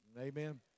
Amen